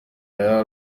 aya